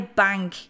bank